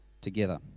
together